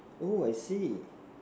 oh I see